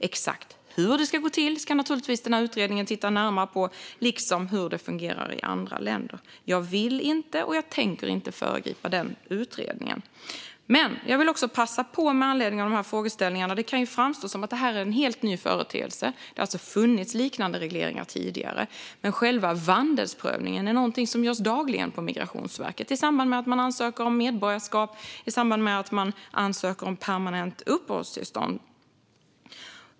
Exakt hur detta ska gå till ska denna utredning naturligtvis titta närmare på liksom hur det fungerar i andra länder. Jag vill inte och tänker inte föregripa denna utredning. Med anledning av dessa frågeställningar vill jag passa på att säga något. Det kan framstå som att detta är en helt ny företeelse, men det har alltså funnits liknande regleringar tidigare. Men själva vandelsprövningen är någonting som görs dagligen på Migrationsverket i samband med att människor ansöker om medborgarskap eller permanent uppehållstillstånd.